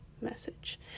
message